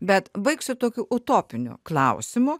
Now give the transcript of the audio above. bet baigsiu tokiu utopiniu klausimu